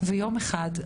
ויום אחד,